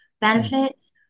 benefits